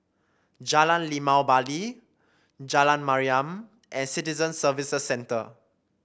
Jalan Limau Bali Jalan Mariam and Citizen Services Centre